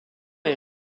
est